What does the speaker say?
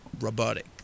robotic